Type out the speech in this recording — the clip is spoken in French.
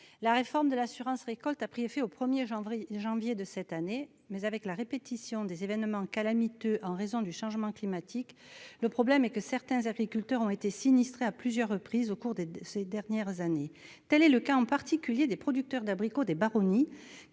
La réforme de l'assurance récolte a pris effet au 1 janvier de cette année. Du fait de la répétition des événements calamiteux en raison du changement climatique, certains agriculteurs ont été sinistrés à plusieurs reprises au cours des dernières années. Tel est le cas des producteurs d'abricots des Baronnies